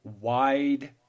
wide